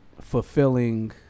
fulfilling